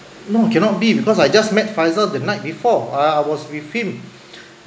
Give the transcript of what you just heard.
no cannot be because I just met faisal the night before I I was with him